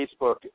Facebook